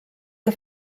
que